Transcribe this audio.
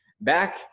Back